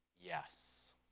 yes